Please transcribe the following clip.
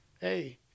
hey